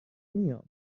میام